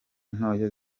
ntoya